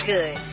Good